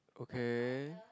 okay